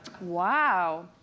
Wow